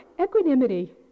Equanimity